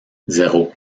zéro